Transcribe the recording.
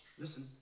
listen